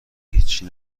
هیچی